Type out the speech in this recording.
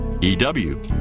EW